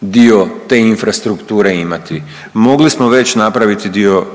dio te infrastrukture imati, mogli smo već napraviti